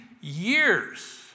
years